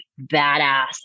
badass